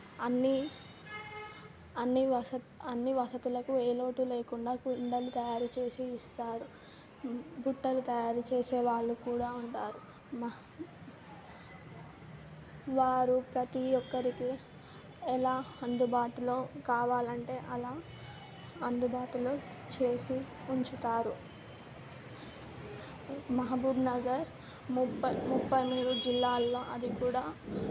అన్నీ అన్నీ వసతి అన్ని వసతులకు ఏ లోటు లేకుండా కుండలు తయారుచేసి ఇస్తారు బుట్టలు తయారు చేసేవాళ్ళు కూడా ఉంటారు మా వారు ప్రతీ ఒక్కరికి ఎలా అందుబాటులో కావాలి అంటే అలా అందుబాటులో చేసి ఉంచుతారు మహబూబ్నగర్ ముప్ప ముప్పనూరు జిల్లాల్లో అది కూడా